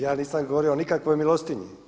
Ja nisam govorio o nikakvoj milostinji.